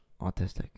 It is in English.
autistic